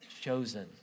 chosen